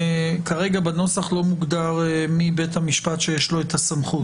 כרגע בנוסח לא מוגדר מי בית המשפט שיש לו את הסמכות.